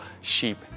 sheep